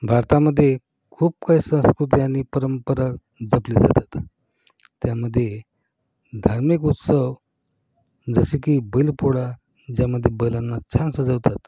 भारतामध्ये खूप काही संस्कृती आणि परंपरा जपली जातात त्यामध्ये धार्मिक उत्सव जसं की बैलपोळा ज्यामध्ये बैलांना छान सजवतात